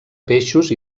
peixos